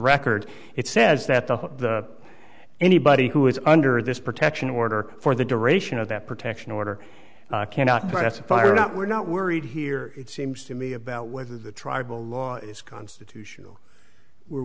record it says that the anybody who is under this protection order for the duration of that protection order cannot but that's a fire not we're not worried here it seems to me about whether the tribal law is constitutional we're